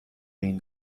این